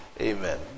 Amen